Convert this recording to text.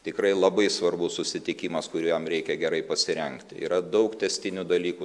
tikrai labai svarbus susitikimas kuriam reikia gerai pasirengti yra daug tęstinių dalykų